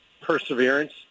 perseverance